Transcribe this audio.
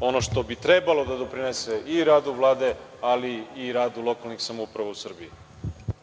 ono što bi trebalo da doprinese i radu Vlade ali i radu lokalne samouprave u Srbiji.